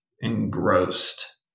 engrossed